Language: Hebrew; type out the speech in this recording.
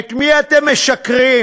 למי אתם משקרים?